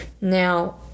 Now